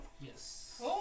Yes